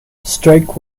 strike